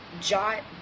Jot